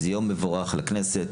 זה יום מבורך לכנסת,